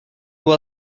uhr